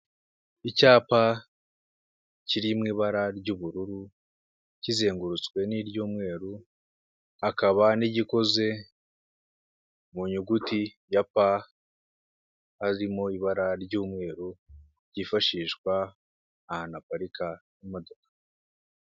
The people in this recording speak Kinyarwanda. Icyapa kiri mu ibara ry'ubururu kizengurutswe n'iry'umweru hakaba n'igikoze mu nyuguti ya pa harimo ibara ry'umweru ryifashishwa ahantu haparika imodoka.